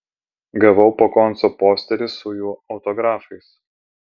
gavau po konco posterį su jų autografais